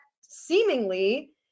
seemingly